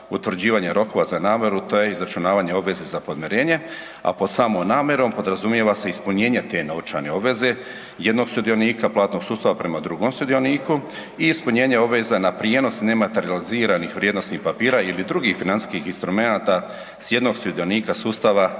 utvrđivanje rokova za namiru te izračunavanje obveze za podmirenje, a pod samom namirom podrazumijeva se ispunjenje te novčane obveze jednog sudionika platnog sustava prema drugom sudioniku i ispunjenje obveza na prijenos nematerijaliziranih vrijednosnih papira ili drugih financijskih instrumenata s jednog sudionika sustava